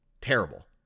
terrible